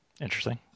Interesting